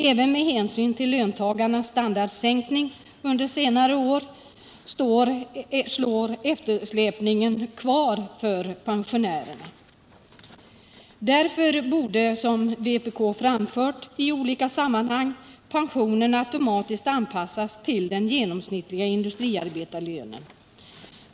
Även med hänsyn till löntagarnas standardsänkning under senare år står eftersläpningen kvar för pensionärerna. Därför borde, som vpk framfört i olika sammanhang, pensionen automatiskt anpassas till den genomsnittliga industriarbetarlönen.